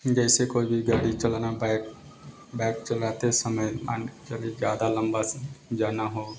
जैसे कोई भी गाड़ी चलाना पाए बाइक चलाते समय ज़्यादा लंबा जाना हो